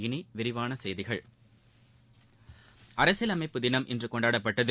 இனி விரிவான செய்திகள் அரசியல் அமைப்பு தினம் இன்று கொண்டாடப்பட்டது